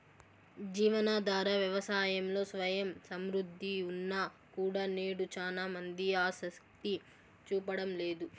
జీవనాధార వ్యవసాయంలో స్వయం సమృద్ధి ఉన్నా కూడా నేడు చానా మంది ఆసక్తి చూపడం లేదు